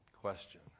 Question